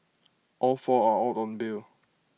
all four are out on bail